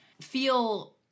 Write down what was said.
feel